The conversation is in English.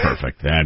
perfect